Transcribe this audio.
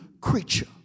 creature